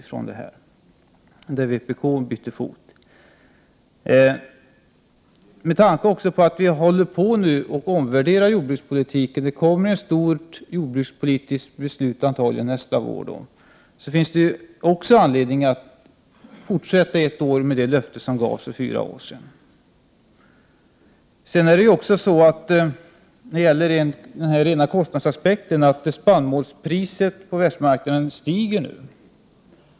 Också med tanke på att vi nu håller på att omvärdera jordbrukspolitiken och att det antagligen kommer att fattas ett stort jordbrukspolitiskt beslut nästa år finns det anledning att ytterligare ett år hålla fast vid det löfte som gavs för fyra år sedan. När det gäller den rena kostnadsaspekten bör framhållas att nu stiger spannmålspriset på världsmarknaden.